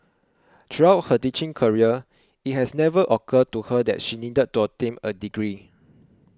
throughout her teaching career it has never occurred to her that she needed to obtain a degree